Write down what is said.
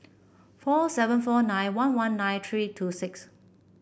four seven four nine one one nine three two six